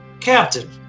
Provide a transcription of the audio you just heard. Captain